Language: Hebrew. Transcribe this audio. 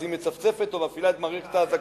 היא מצפצפת או מפעילה את מערכת האזעקה,